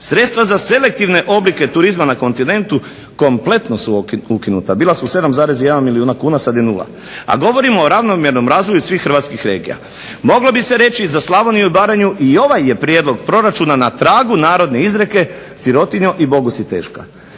Sredstva za selektivne oblike turizma na kontinentu kompletno su ukinuta, bila su 7,1 milijun kuna, sad je nula. A govorimo o ravnomjernom razvoju svih hrvatskih regija. Moglo bi se reći za Slavoniju i Baranju i ovaj je prijedlog proračuna na tragu narodne izreke "sirotinjo i Bogu si teška".